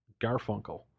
Garfunkel